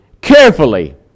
carefully